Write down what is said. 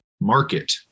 market